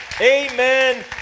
Amen